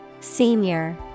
Senior